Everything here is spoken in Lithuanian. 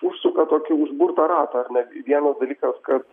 užsuka tokį užburtą ratą ar netgi vienas dalykas kad